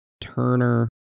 Turner